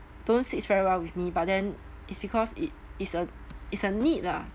don't sit very well with me but then it's because it's a it's a need lah